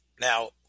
Now